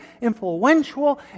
influential